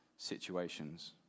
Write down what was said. Situations